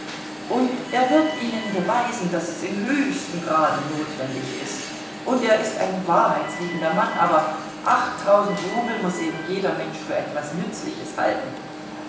und er wird ihnen beweisen daß es im höchsten grade notwendig ist und er ist ein wahrheitsliebender mann aber achttausend rubel muß eben jeder mensch für etwas nützliches halten